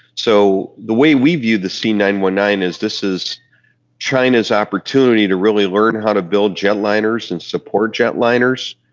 so the way we view the c nine one nine is this is china's opportunity to really learn how to build jetliners and support jetliners.